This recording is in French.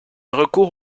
recours